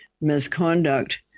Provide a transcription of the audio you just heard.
misconduct